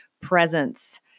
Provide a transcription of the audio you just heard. presence